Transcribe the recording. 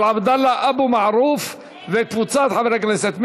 של עבדאללה אבו מערוף וקבוצת חברי הכנסת.